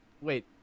Wait